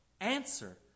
answer